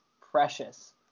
precious